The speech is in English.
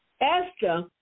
Esther